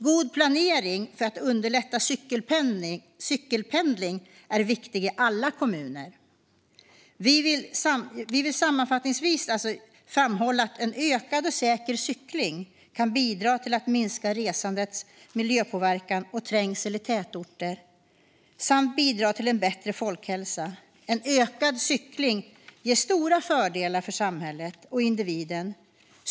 God planering för att underlätta cykelpendling är viktig i alla kommuner. Vi vill sammanfattningsvis framhålla att en ökad och säker cykling kan bidra till att minska resandets miljöpåverkan och trängseln i tätorter samt bidra till en bättre folkhälsa. Ökad cykling ger stora fördelar för samhället och individen.